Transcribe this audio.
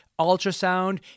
ultrasound